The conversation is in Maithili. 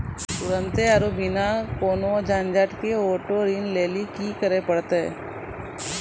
तुरन्ते आरु बिना कोनो झंझट के आटो ऋण लेली कि करै पड़तै?